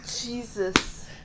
Jesus